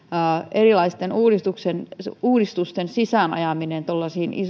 erilaisten uudistusten sisäänajaminen tuollaisiin